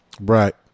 right